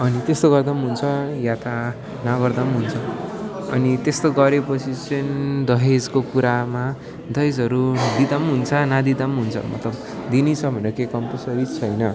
अनि त्यस्तो गर्दा पनि हुन्छ या त नगर्दा पनि हुन्छ अनि त्यस्तो गरेपछि चाहिँ दहेजको कुरामा दहेजहरू दिँदा पनि हुन्छ नदिँदा पनि हुन्छ मतलब दिनैपर्छ भनेर केही कम्पलसरी छैन